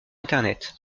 internet